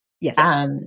Yes